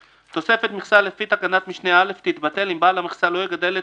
(ב)תוספת מכסה לפי תקנת משנה (א) תתבטל אם בעל המכסה לא יגדל את